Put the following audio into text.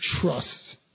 trust